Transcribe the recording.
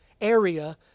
area